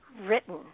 written